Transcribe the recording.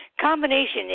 combination